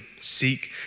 Seek